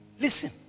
listen